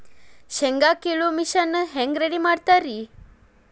ಶೇಂಗಾ ಕೇಳುವ ಮಿಷನ್ ಹೆಂಗ್ ರೆಡಿ ಮಾಡತಾರ ರಿ?